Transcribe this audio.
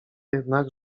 jednak